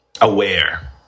aware